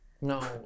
No